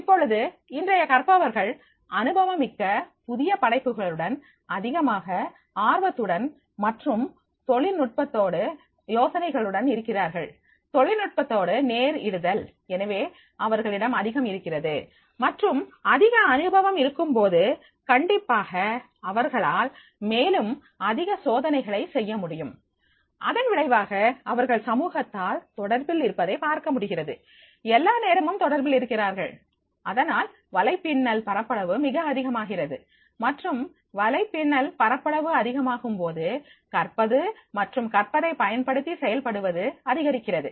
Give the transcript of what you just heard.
இப்பொழுது இன்றைய கற்பவர்கள் அனுபவமிக்க புதிய படைப்புகளுடன் அதிகமாக ஆர்வத்துடன் மற்றும் தொழில்நுட்பத்தால் யோசனைகளுடன் இருக்கிறார்கள் தொழில்நுட்பத்தோடு நேர் இடுதல் எனவே அவர்களிடம் அதிகம் இருக்கிறது மற்றும் அதிக அனுபவம் அங்கு இருக்கும் போது கண்டிப்பாக அவர்களால் மேலும் அதிக சோதனைகள் செய்ய முடியும் அதன் விளைவாக அவர்கள் சமூகத்தால் தொடர்பில் இருப்பதை பார்க்க முடிகிறது எல்லா நேரமும் தொடர்பில் இருக்கிறார்கள் அதனால் வலைப்பின்னல் பரப்பளவு மிக அதிகமாகிறது மற்றும் வலைப்பின்னல் பரப்பளவு அதிகமாகும்போது கற்பது மற்றும் கற்பதை பயன்படுத்தி செயல்படுத்துவது அதிகரிக்கிறது